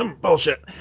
bullshit